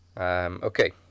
Okay